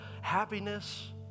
happiness